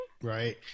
Right